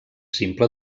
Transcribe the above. simple